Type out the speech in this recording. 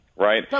Right